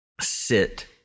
sit